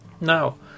Now